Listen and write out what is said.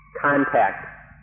contact